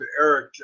Eric